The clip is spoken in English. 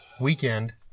weekend